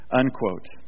unquote